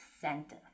center